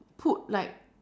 put like